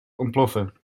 ontploffen